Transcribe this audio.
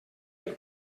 pel